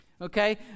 Okay